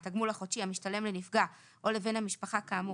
(ב)(2) מהתגמול החודשי המשתלם לנפגע או לבן המשפחה כאמור,